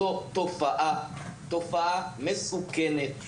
זו תופעה מסוכנת,